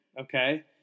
okay